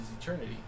Eternity